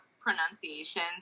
pronunciation